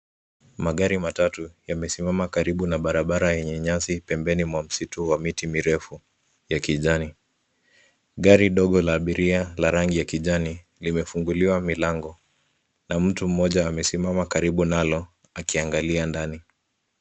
Magari matatu yamesimama karibu na barabara yenye nyasi pembeni mwa msitu wa miti mirefu ya kijani. Gari dogo la abiria la kijani limefunguliwa mlango na mtu mmoja amesimama karibu nalo akiangalia ndani.